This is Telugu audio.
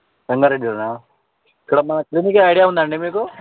సంగారెడ్డి దగ్గరనా ఇక్కడ మన శ్రీనగర్ ఐడియా ఉందండి మీకు